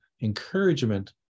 encouragement